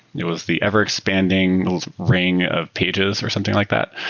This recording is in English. it was the ever-expanding ring of pages or something like that.